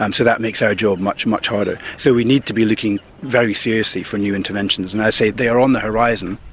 um so that makes our job much, much harder. so we need to be looking very seriously for new interventions and, as i say, they are on the horizon.